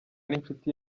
n’inshuti